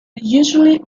usually